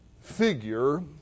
figure